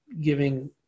giving